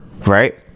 right